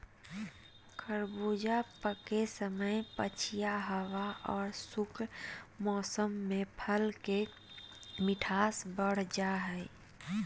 खरबूजा पके समय पछिया हवा आर शुष्क मौसम में फल के मिठास बढ़ जा हई